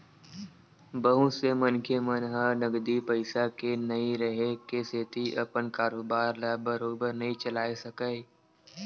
बहुत से मनखे मन ह नगदी पइसा के नइ रेहे के सेती अपन कारोबार ल बरोबर नइ चलाय सकय